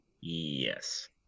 Yes